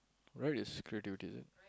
right is creativity is it